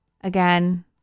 Again